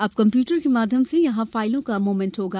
अब कम्प्यूटर के माध्यम से यहां फाईलों का मूवमेंट होगा